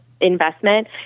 investment